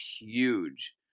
huge